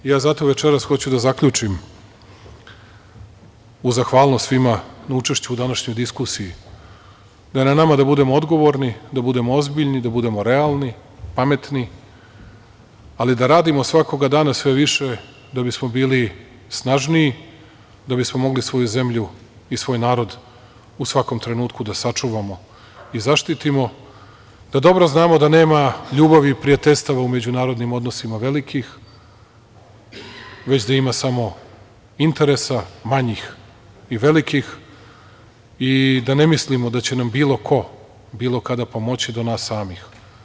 Zato večeras hoću da zaključim, uz zahvalnost svima na učešću u današnjoj diskusiji, da je na nama da budemo odgovorni, da budemo ozbiljni, da budemo realni, pametni, ali da radimo svakoga dana sve više da bismo bili snažniji, da bismo mogli svoju zemlju i svoj narod u svakom trenutku da sačuvamo i zaštitimo, da dobro znamo da nema ljubavi i prijateljstava u međunarodnim odnosima velikih, već da ima samo interesa manjih i velikih i da ne mislimo da će nam bilo ko bilo kada pomoći do nas samih.